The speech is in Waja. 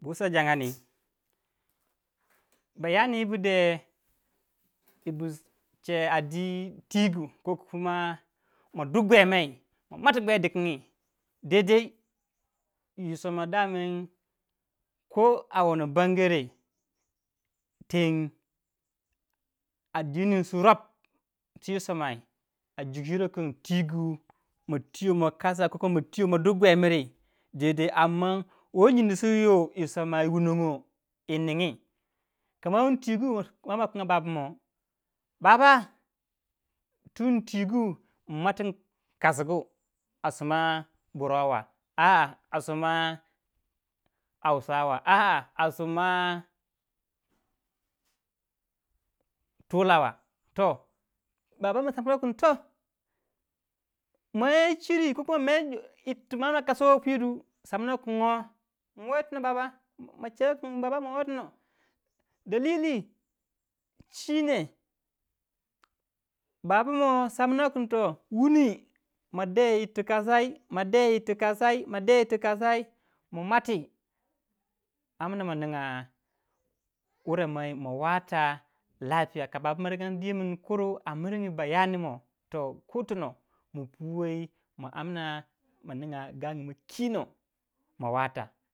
Bu wusa jangandi bayani wu bu de buche a dwi twi gu kokuma ma du gwemei ma mwati gwei dikingi daidai. yi soma doman ko wono koawani badare teng adininisu rope twi somai a yuku yiro kin twigu. ma twiyo ma kasa. ko ma twiyo ma du guei mai baba wo yi nyindi si yi soma yiwiunog yi ningyi kama wun twigu koba ma kinga baba moh. Dorowa tunmi tigu inmuatinge kasigu a suma burwawa aa suma tolawa aa suma toh baba moh soma on kin koh me chiri iri ti amna kasa wei pwi due kin ong unweitono Baba machewei kin in wei tonoh dalilishine baba moh somno jein toh de irti kosai ma muati omna ninga wurai moh ma wata burtane. ka che mun kuru a miring chewi mai to hotonnoh ma puwei ma amna maning a gangu ma kino ma wata.